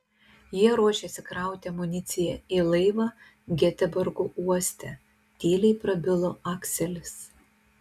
jie ruošėsi krauti amuniciją į laivą geteborgo uoste tyliai prabilo akselis